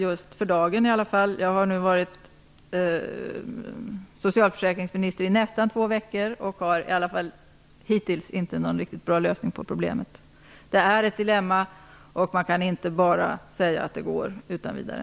Jag har nu varit socialförsäkringsminister i nästan två veckor, och jag har ännu inte någon riktigt bra lösning på problemet. Det är ett dilemma, och man kan inte bara säga att det går utan vidare.